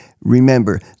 Remember